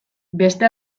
beste